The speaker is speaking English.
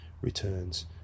returns